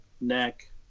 neck